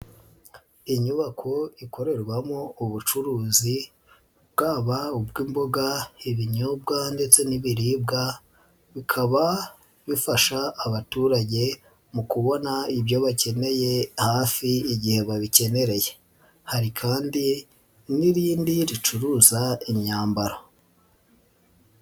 Inyubako ikorerwamo ubucuruzi bwaba ubw'imboga, ibinyobwa ndetse n'ibiribwa bikaba bifasha abaturage mu kubona ibyo bakeneye hafi igihe babikenereye, hari kandi n'irindi ricuruza imyambaro.